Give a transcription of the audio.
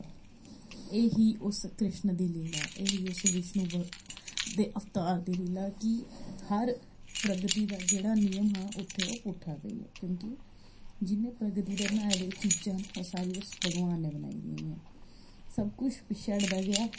एह् ही उस कृष्ण दी लीला ते एह् ही उस विष्णु भगवान दे अवतार दी लीला कि हर प्रगति दा जेह्ड़ा नियम हा उत्थें ओह् पुट्ठा पेइया क्योंकि जि'न्ने प्रगति दे बनाए दियां चीजां न ओह् सारियां उस भगवान ने बनाई दियां हियां सब कुछ पिच्छे हटदा गेआ